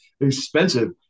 Expensive